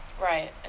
Right